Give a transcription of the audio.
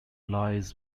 lies